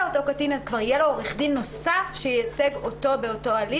יהיה עורך דין נוסף שייצג אותו באותו הליך.